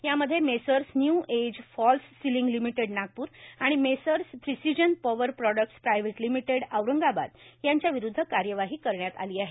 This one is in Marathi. यामध्ये messrs new age false ceiling limited Nagpur आणि messrs precision power products I private लिमिटेडए औरंगाबाद यांच्याविरूद्ध कार्यवाही करण्यात आली आहे